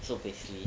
so basically